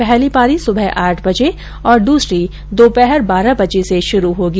पहली पारी सुबह आठ बजे और दूसरी दोपहर बारह बजे से शुरू होगी